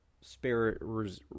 spirit